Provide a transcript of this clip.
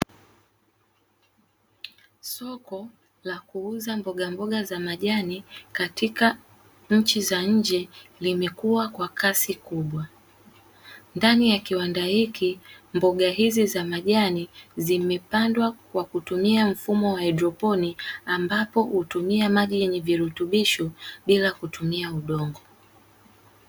Soko la kuuza mboga mboga za majani katika nchi za nje limekuwa kwa kasi kubwa, ndani ya kiwanda hiki mboga hizi za majani zimepandwa kwa kutumia mfumo wa haidroponi ambapo hutumia maji yenye virutubisho bila kutumia udongo.